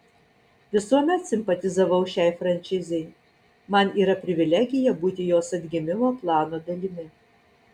visuomet simpatizavau šiai franšizei man yra privilegija būti jos atgimimo plano dalimi